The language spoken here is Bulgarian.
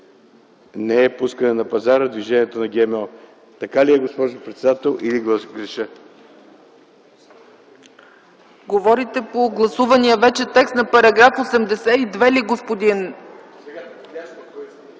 „не е пускане на пазара” движението на ГМО. Така ли е госпожо председател, или греша?